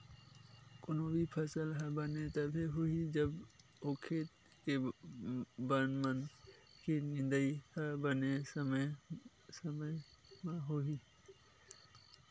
कोनो भी फसल ह बने तभे होही जब ओ खेत के बन मन के निंदई ह बने समे समे होही